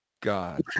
God